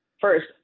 first